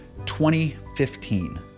2015